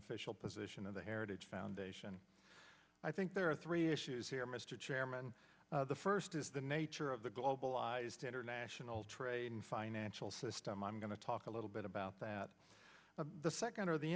official position of the heritage foundation i think there are three issues here mr chairman the first is the nature of the globalized international trade and financial system i'm going to talk a little bit about that the second of the